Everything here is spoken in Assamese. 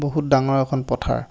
বহুত ডাঙৰ এখন পথাৰ